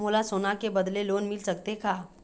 मोला सोना के बदले लोन मिल सकथे का?